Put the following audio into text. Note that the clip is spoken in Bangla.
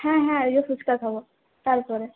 হ্যাঁ হ্যাঁ আগে ফুচকা খাব তারপরে